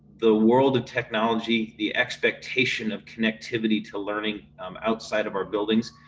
the world of technology. the expectation of connectivity to learning outside of our buildings.